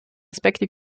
aspekte